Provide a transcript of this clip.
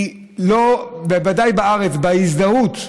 בוודאי בארץ, בהזדהות,